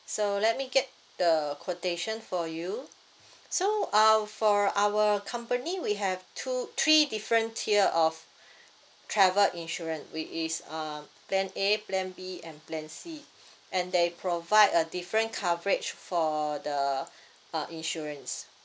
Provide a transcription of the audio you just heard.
so let me get the quotation for you so um for our company we have two three different tier of travel insurance which is um plan A plan B and plan C and they provide a different coverage for the uh uh insurance